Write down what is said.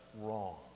wrong